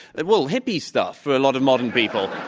but well, hippie stuff, for a lot of modern people.